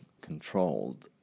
controlled